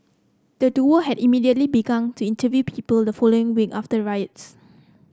the duo had immediately began to interview people the following week after riots